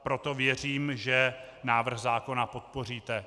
Proto věřím, že návrh zákona podpoříte.